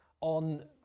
on